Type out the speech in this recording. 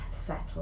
Settle